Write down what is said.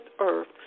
earth